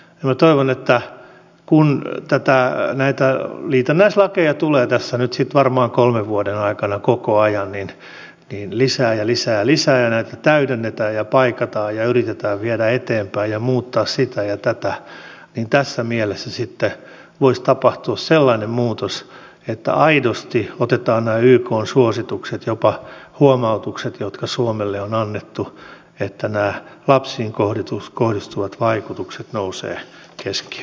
minä toivon että kun näitä liitännäislakeja varmaan tulee tässä kolmen vuoden aikana koko ajan lisää ja lisää ja lisää ja näitä täydennetään ja paikataan ja yritetään viedä eteenpäin ja muuttaa sitä ja tätä niin tässä mielessä sitten voisi tapahtua sellainen muutos että aidosti otetaan nämä ykn suositukset jopa huomautukset jotka suomelle on annettu että nämä lapsiin kohdistuvat vaikutukset nousevat keskiöön